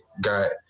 got